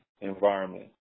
environment